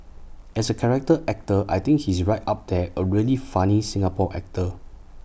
as A character actor I think he's right up there A really funny Singapore actor